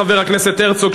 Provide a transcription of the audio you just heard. חבר הכנסת הרצוג,